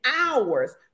hours